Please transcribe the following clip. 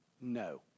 no